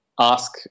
ask